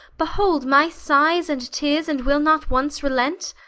behold my sighes and teares, and will not once relent?